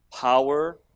power